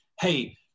hey